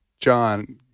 John